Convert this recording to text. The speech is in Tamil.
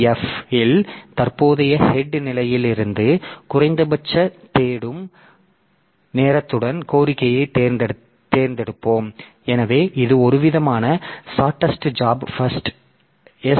எஃப் இல் தற்போதைய ஹெட் நிலையில் இருந்து குறைந்தபட்ச தேடும் நேரத்துடன் கோரிக்கையைத் தேர்ந்தெடுப்போம் எனவே இது ஒருவிதமான ஷார்ட்டெஸ்ட் ஜாப் ஃப்ஸ்ட் எஸ்